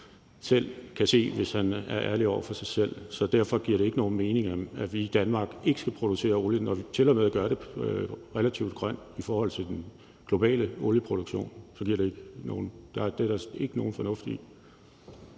selv kan se, hvis han er ærlig over for sig selv. Så derfor giver det ikke nogen mening, at vi i Danmark ikke skal producere olie, når vi tilmed gør det relativt grønt i forhold til den globale olieproduktion. Så det er der ikke noget fornuft i.